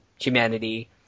humanity